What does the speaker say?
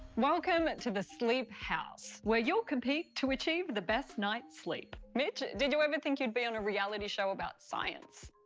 welcome to the sleep house, where you'll compete to achieve the best night's sleep. mitch, did you ever think you'd be on a reality show about science?